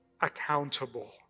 accountable